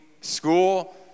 school